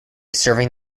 serving